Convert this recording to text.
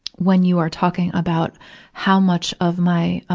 when you are talking about how much of my, ah